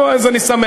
נו, אז אני שמח.